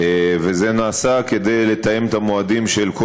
וזה נעשה כדי לתאם את המועדים של כל